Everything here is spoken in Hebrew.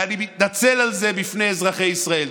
ואני מתנצל על זה בפני אזרחי ישראל.